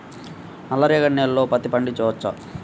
నల్ల రేగడి నేలలో పత్తి పండించవచ్చా?